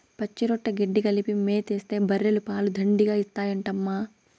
పచ్చిరొట్ట గెడ్డి కలిపి మేతేస్తే బర్రెలు పాలు దండిగా ఇత్తాయంటమ్మా